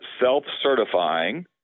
self-certifying